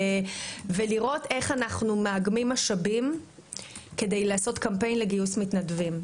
ולראות איך אנחנו מאגמים משאבים כדי לעשות קמפיין לגיוס מתנדבים.